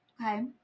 Okay